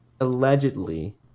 allegedly